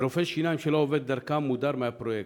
ורופא שיניים שלא עובד דרכן מודר מהפרויקט.